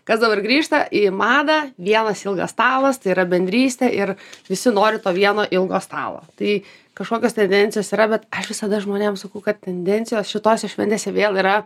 kas dabar grįžta į madą vienas ilgas stalas tai yra bendrystė ir visi nori to vieno ilgo stalo tai kažkokios tendencijos yra bet aš visada žmonėm sakau kad tendencijos šitose šventėse vėl yra